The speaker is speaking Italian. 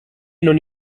non